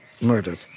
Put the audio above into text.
murdered